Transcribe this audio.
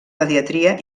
pediatria